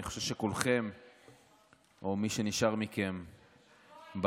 אני חושב שכולכם או מי שנשאר מכם במליאה,